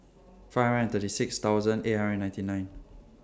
five hundred and thirty six thousand eight hundred and ninety nine